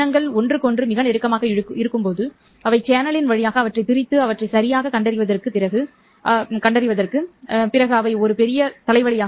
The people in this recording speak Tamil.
சின்னங்கள் ஒருவருக்கொருவர் மிக நெருக்கமாக இருக்கும்போது அவை சேனலின் வழியாக அவற்றைப் பிரித்து அவற்றை சரியாகக் கண்டறிவதற்குப் பிறகு அவை ஒரு பெரிய தலைவலி